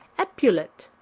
epaulet,